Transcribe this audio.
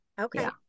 Okay